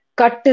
cut